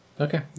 Okay